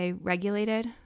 regulated